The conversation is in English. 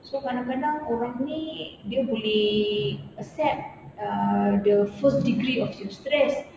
so kadang-kadang orang ni dia boleh accept uh the first degree of stress